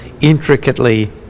intricately